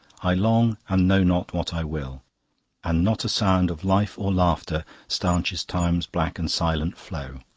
i long and know not what i will and not a sound of life or laughter stanches time's black and silent flow.